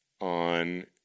on